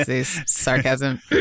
sarcasm